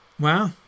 wow